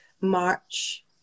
March